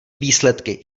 výsledky